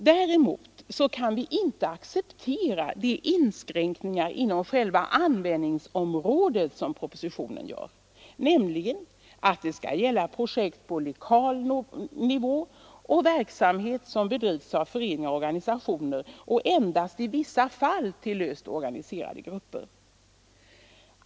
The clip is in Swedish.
Däremot kan vi inte acceptera de inskränkningar inom själva användningsområdet som propositionen gör, nämligen att bidraget skall gälla projekt på lokal nivå och verksamhet som bedrivs av föreningar och organisationer men endast i vissa fall löst organiserade grupper.